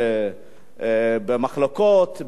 במחלקות,